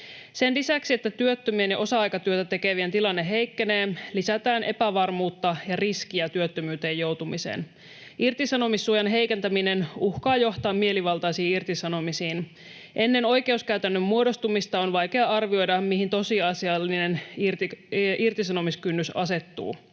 Sen lisäksi, että työttömien ja osa-aikatyötä tekevien tilanne heikkenee, lisätään epävarmuutta ja riskiä työttömyyteen. Irtisanomissuojan heikentäminen uhkaa johtaa mielivaltaisiin irtisanomisiin. Ennen oikeuskäytännön muodostumista on vaikeaa arvioida, mihin tosiasiallinen irtisanomiskynnys asettuu.